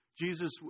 Jesus